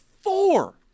Four